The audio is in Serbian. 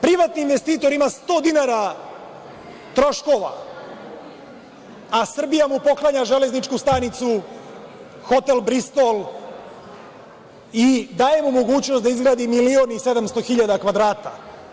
Privatni investitor ima sto dinara troškova, a Srbija mu poklanja Železničku stanicu, hotel Bristol i daje mu mogućnost da izgradi milion i 700 hiljada kvadrata.